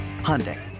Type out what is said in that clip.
Hyundai